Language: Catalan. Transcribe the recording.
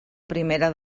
primera